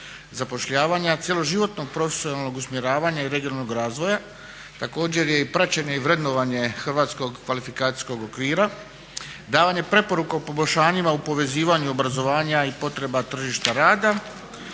zapošljavanja, cjeloživotnog profesionalnog usmjeravanja i regionalnog razvoja. Također je i praćenje i vrednovanje Hrvatskog kvalifikacijskog okvira, davanje preporuke o poboljšanjima u povezivanju obrazovanja i potreba tržišta rada